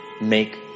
make